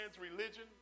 religion